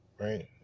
Right